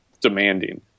demanding